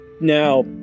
now